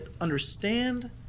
understand